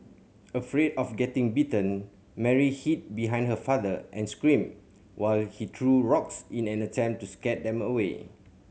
afraid of getting bitten Mary hid behind her father and screamed while he threw rocks in an attempt to scare them away